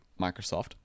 Microsoft